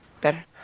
Better